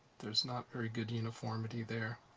there's not very good uniformity there.